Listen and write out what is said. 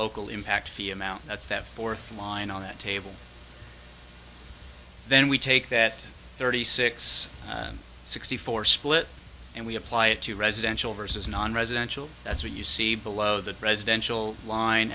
local impact the amount that's that fourth line on that table then we take that thirty six sixty four split and we apply it to residential versus nonresidential that's what you see below the residential line